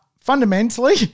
fundamentally